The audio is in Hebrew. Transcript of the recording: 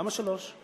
למה שלוש?